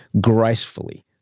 gracefully